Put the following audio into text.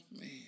man